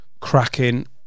cracking